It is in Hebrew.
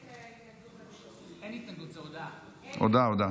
הוועדה, הודעה.